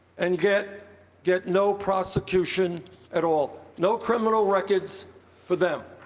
and get get no prosecution at all. no criminal records for them.